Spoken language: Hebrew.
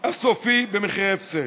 הסופי במחיר הפסד.